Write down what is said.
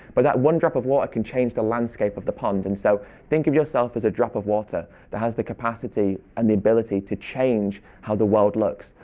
but that one drop of water can change the landscape of the pond. and so think of yourself as a drop of water that has the capacity and the ability to change how the world looks,